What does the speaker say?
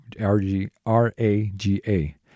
r-g-r-a-g-a